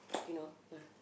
you know ah